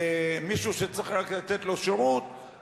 ומישהו שצריך רק לתת לו שירות,